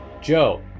Joe